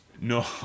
No